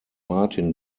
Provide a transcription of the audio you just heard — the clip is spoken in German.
martin